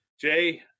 Jay